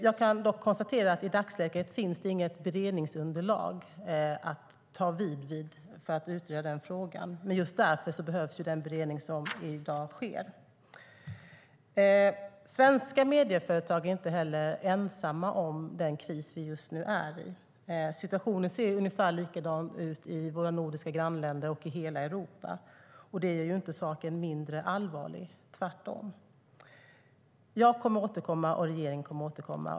Jag kan dock konstatera att det i dagsläget inte finns något beredningsunderlag att ta över för att utreda frågan. Just därför behövs den beredning som i dag görs. Svenska medieföretag är inte heller ensamma om den kris vi just nu befinner oss i. Situationen ser ungefär likadan ut i våra nordiska grannländer och i hela Europa. Det gör inte saken mindre allvarlig - tvärtom. Jag kommer att återkomma, och regeringen kommer att återkomma.